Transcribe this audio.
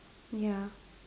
ya